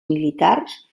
militars